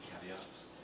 Caveats